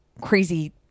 crazy